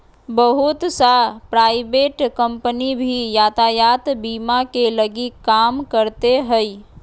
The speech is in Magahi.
बहुत सा प्राइवेट कम्पनी भी यातायात बीमा के लगी काम करते हइ